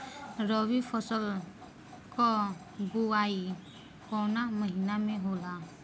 रबी फसल क बुवाई कवना महीना में होला?